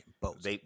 boats